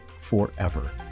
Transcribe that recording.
forever